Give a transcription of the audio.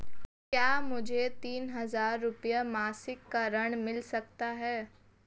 क्या मुझे तीन हज़ार रूपये मासिक का ऋण मिल सकता है?